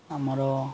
ଆମର